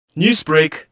Newsbreak